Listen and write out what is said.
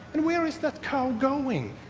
and where is that cow going?